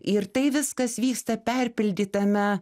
ir tai viskas vyksta perpildytame